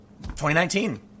2019